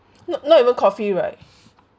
not not even coffee right